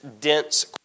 dense